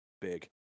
big